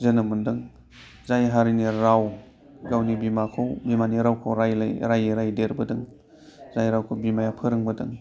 जोनोम मोन्दों जाय हारिनि राव गावनि बिमानि रावखौ रायै रायै देरबोदों जाय रावखौ बिमाया फोरोंबोदों